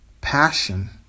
passion